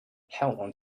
held